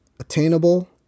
attainable